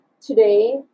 today